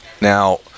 Now